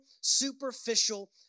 superficial